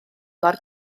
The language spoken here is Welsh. mor